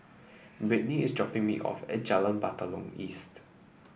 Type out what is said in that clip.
Brittnie is dropping me off at Jalan Batalong East